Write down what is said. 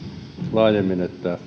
laajemmin että